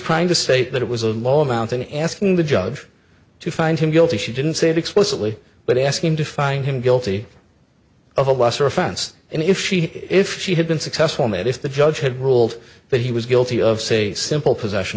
trying to say that it was a lot down to asking the judge to find him guilty she didn't say it explicitly but asking to find him guilty of a lesser offense and if she if she had been successful made if the judge had ruled that he was guilty of say simple possession